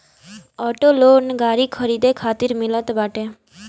auto loan गाड़ी खरीदे खातिर मिलत बाटे